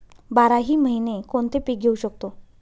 बाराही महिने कोणते पीक घेवू शकतो?